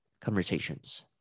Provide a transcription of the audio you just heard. conversations